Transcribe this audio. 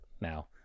now